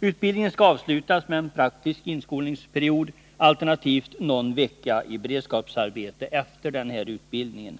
Utbildningen skall avslutas med en praktisk inskolningsperiod, alternativt någon vecka i beredskapsarbete efter utbildningen.